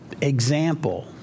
example